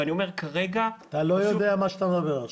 ואני אומר שכרגע --- אתה לא יודע מה שאתה מדבר עכשיו.